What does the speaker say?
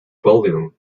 volume